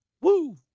Woo